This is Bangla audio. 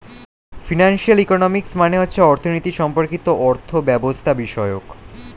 ফিনান্সিয়াল ইকোনমিক্স মানে হচ্ছে অর্থনীতি সম্পর্কিত অর্থব্যবস্থাবিষয়ক